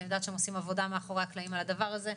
אני יודעת שהם עושים עבודה מאחורי הקלעים על הדבר הזה.